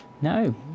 no